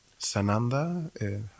Sananda